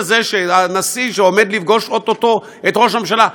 הנשיא שעומד לפגוש או-טו-טו את ראש הממשלה,